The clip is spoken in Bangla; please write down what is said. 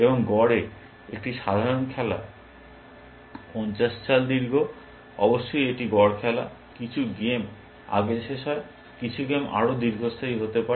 এবং গড়ে একটি সাধারণ খেলা 50 চাল দীর্ঘ অবশ্যই এটা গড় খেলা কিছু গেম আগে শেষ হয় কিছু গেম আরও দীর্ঘস্থায়ী হতে পারে